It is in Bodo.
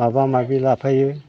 माबा माबि लाफायो